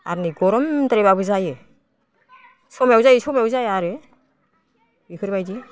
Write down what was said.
आरो नै गरमद्रायबाबो जायो समायाव जायो समायाव जाया आरो बेफोरबायदि